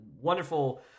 wonderful